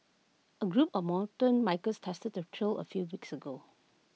A group of mountain bikers tested the trail A few weeks ago